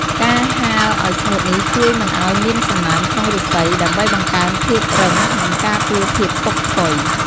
ការហាលអោយស្ងួតនេះជួយមិនអោយមានសំណើមក្នុងឫស្សី ដើម្បីបង្កើនភាពរឹង និងការពារភាពពុកផុយ។